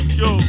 yo